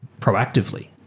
proactively